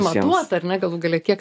matuot ar ne galų gale kiek